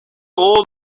all